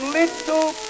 little